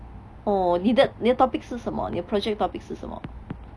oh 你的你的 topic 是什么你的 project topic 是什么